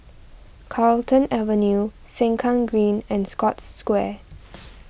Carlton Avenue Sengkang Green and Scotts Square